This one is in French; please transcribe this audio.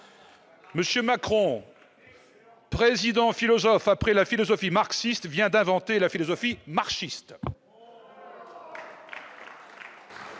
M. Macron, président philosophe, après la philosophie marxiste, vient d'inventer la philosophie « marchiste